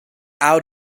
out